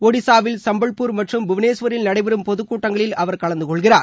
ஜடிசாவில் சம்பல்பூர் மற்றும் புவனேஸ்வரில் நடைபெறும் பொதுக்கூட்டங்களில் அவர் கலந்துகொள்கிறார்